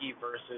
versus